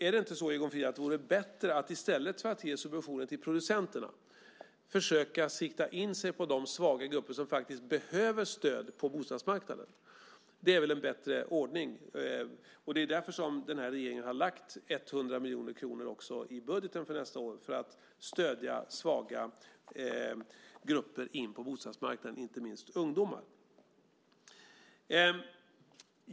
Är det inte, Egon Frid, bättre att i stället för att ge subventioner till producenterna försöka sikta in sig på de svaga grupper som faktiskt behöver stöd på bostadsmarknaden? Det är väl en bättre ordning, och det är därför som den här regeringen har lagt 100 miljoner kronor nästa år för att stödja svaga grupper på bostadsmarknaden, inte minst ungdomar.